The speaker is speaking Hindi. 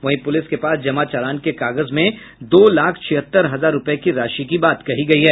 वहीं पुलिस के पास जमा चालान के कागज में दो लाख छिहत्तर हजार रूपये की राशि की बात कही गयी है